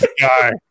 guy